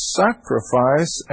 sacrifice